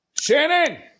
Shannon